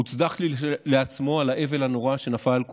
מוצלח כשלעצמו, על האבל הנורא שנפל על כולנו.